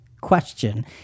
question